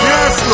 Yes